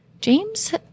James